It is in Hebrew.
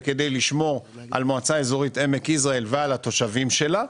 וכדי לשמור על המועצה האזורית עמק יזרעאל ועל התושבים שלה,